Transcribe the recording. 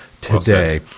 today